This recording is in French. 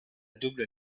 double